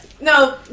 No